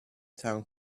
town